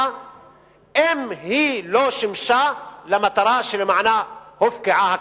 אם היא לא שימשה למטרה שלמענה הופקעה.